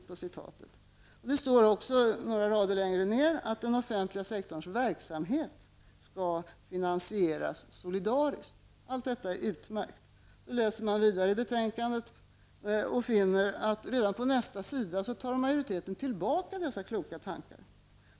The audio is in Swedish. Några rader längre ned står det också att den offentliga sektorns verksamhet skall finansieras solidariskt. Allt detta är utmärkt. När man läser vidare i betänkandet finner man att majoriteten redan på nästa sida tar tillbaka dessa kloka tankar.